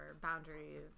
boundaries